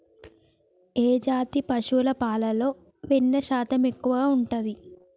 ఏ జాతి పశువుల పాలలో వెన్నె శాతం ఎక్కువ ఉంటది?